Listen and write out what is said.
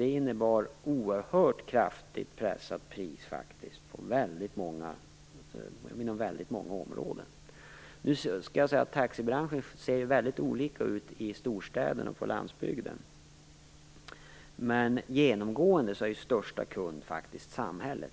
innebar alltså ett oerhört kraftigt pressat pris inom väldigt många områden. Nu skall det sägas att taxibranschen ser väldigt olika ut i storstäderna och på landsbygden. Men genomgående är det samhället som är största kund.